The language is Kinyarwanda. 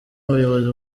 ubuyobozi